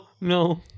no